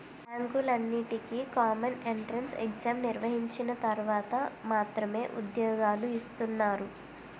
బ్యాంకులన్నింటికీ common entrance exam నిర్వహించిన తర్వాత మాత్రమే ఉద్యోగాలు ఇస్తున్నారు